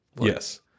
Yes